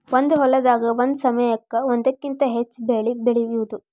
ಒಂದ ಹೊಲದಾಗ ಒಂದ ಸಮಯಕ್ಕ ಒಂದಕ್ಕಿಂತ ಹೆಚ್ಚ ಬೆಳಿ ಬೆಳಿಯುದು